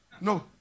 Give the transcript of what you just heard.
No